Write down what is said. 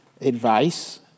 advice